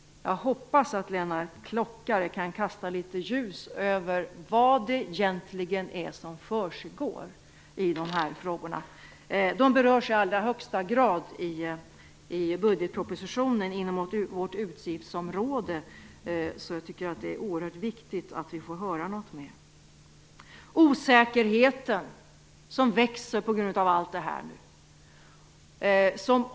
Jag hoppas att Lennart Klockare kan kasta litet ljus över vad det egentligen är som försiggår i dessa frågor. De berörs i allra högsta grad i budgetpropositionen inom vårt utgiftsområde, så jag tycker att det är oerhört viktigt att vi får höra något om det. Osäkerheten växer på grund av allt detta.